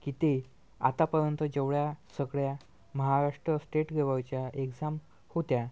की ते आतापर्यंत जेवढ्या सगळ्या महाराष्ट्र स्टेट जवळच्या एक्झाम होत्या